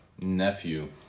nephew